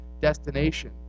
destination